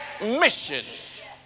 mission